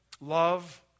love